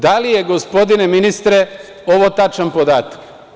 Da li je, gospodine ministre, ovo tačan podatak?